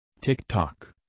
TikTok